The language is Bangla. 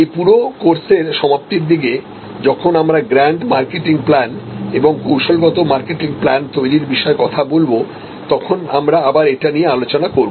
এই পুরো কোর্সের সমাপ্তির দিকে যখন আমরা গ্র্যান্ড মার্কেটিংপ্লান এবং কৌশলগতমার্কেটিং প্লান তৈরির বিষয়ে কথা বলব তখন আমরাআবার এটা নিয়ে আলোচনা করব